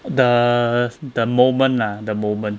the the moment lah the moment